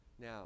Now